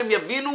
שהם יבינו,